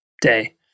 day